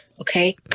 okay